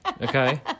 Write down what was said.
okay